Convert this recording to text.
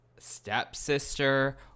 stepsister